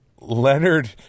Leonard